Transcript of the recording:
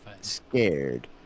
scared